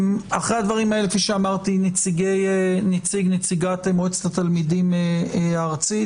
נציג מועצת התלמידים הארצית.